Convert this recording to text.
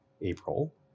April